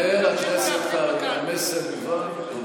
חבר הכנסת קרעי, חבר הכנסת קרעי, המסר הובן.